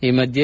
ಈ ಮಧ್ಯೆ